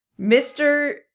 Mr